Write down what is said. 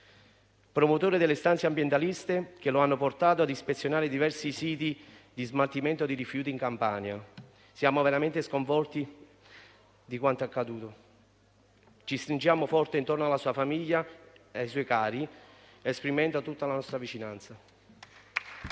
promotore delle istanze ambientaliste che lo hanno portato ad ispezionare diversi siti di smaltimento di rifiuti in Campania. Siamo veramente sconvolti da quanto accaduto. Ci stringiamo forte intorno alla sua famiglia e ai suoi cari, esprimendo tutta la nostra vicinanza.